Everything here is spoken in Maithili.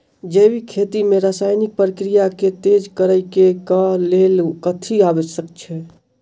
जैविक खेती मे रासायनिक प्रक्रिया केँ तेज करै केँ कऽ लेल कथी आवश्यक छै?